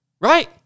Right